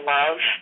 love